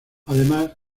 además